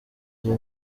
jye